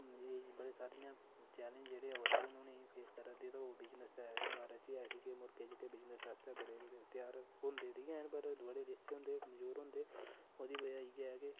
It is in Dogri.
जे बड़े सारियां चैलेन्ज जेह्ड़े आवै दे होन उ'नेंगी फेस करै दे न ओह् बिजनेस ऐ बारे च एह् ऐ कि मुर्गे जेह्के बिजनेस आस्तै बड़े बड़े त्यार होंदे बी हैन पर बड़े लिस्से होंदे कमजोर होंदे ओह्दी वजहा इयै कि